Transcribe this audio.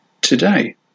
today